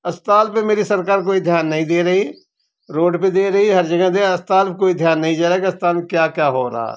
अस्पताल पर मेरी सरकार कोई ध्यान नहीं दे रही रोड पर दे रही हर जगह दे अस्पताल पर कोई ध्यान नहीं जा रहा है कि अस्पताल में क्या क्या हो रहा है